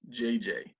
JJ